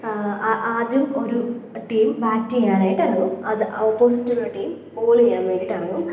ആ ആദ്യം ഒരു ടീം ബാറ്റ് ചെയ്യാനായിട്ട് ഇറങ്ങും അത് ഓപ്പോസിറ്റ് ഉള്ള ടീം ബോൾ ചെയ്യാൻ വേണ്ടിയിട്ട് ഇറങ്ങും